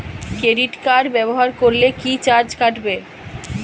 Credit card ব্যাবহার করলে কি চার্জ কাটবে?